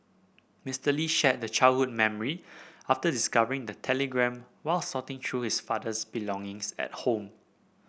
Mister Lee shared the childhood memory after discovering the telegram while sorting through his father's belongings at home